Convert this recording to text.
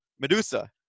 Medusa